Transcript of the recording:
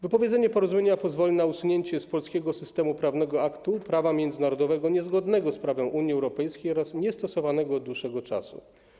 Wypowiedzenie porozumienia pozwoli na usunięcie z polskiego systemu prawnego aktu prawa międzynarodowego niezgodnego z prawem Unii Europejskiej oraz niestosowanego od dłuższego czasu.